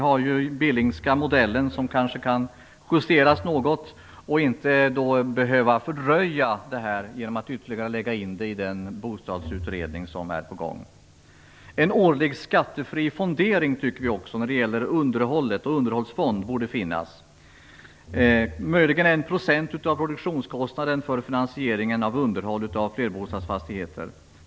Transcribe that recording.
Den billingska modellen kanske kan justeras något och behöver då inte fördröja det hela genom att läggas in i den bostadsrättsutredning som är på gång. En årlig skattefri fondering när det gäller underhåll, tycker vi också borde finnas; kanske 1 % av produktionskostnaden för finansieringen av underhåll av flerbostadsfastigheter.